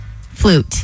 Flute